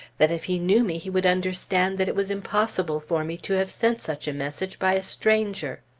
that if he knew me he would understand that it was impossible for me to have sent such a message by a stranger.